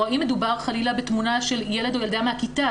או האם מדובר חלילה בתמונה של ילד או ילדה מהכיתה?